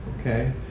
okay